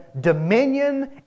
dominion